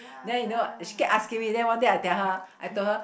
then you know she keep asking me then one day I tell her I told her